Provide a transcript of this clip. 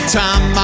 time